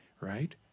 right